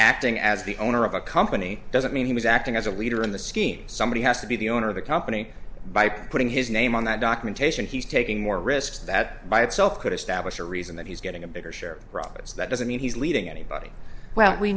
acting as the owner of a company doesn't mean he was acting as a leader in the scheme somebody has to be the owner of the company by putting his name on that documentation he's taking more risks that by itself could establish a reason that he's getting a bigger share croppers that doesn't mean he's leading anybody well we